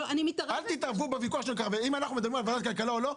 אם אנחנו מדברים על ועדת הכלכלה או לא,